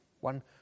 One